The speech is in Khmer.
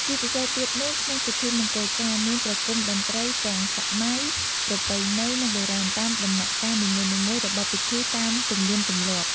ជាពិសេសទៀតនោះក្នុងពិធីមង្គលការមានប្រគុំតន្រីទាំងសម័យ ប្រពៃណី និងបុរាណតាមដំណាក់កាលនីមួយៗរបស់ពិធីតាមទំនៀមទម្លាប់។